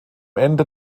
ende